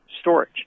storage